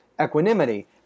equanimity